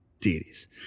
deities